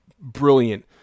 brilliant